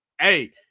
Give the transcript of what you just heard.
Hey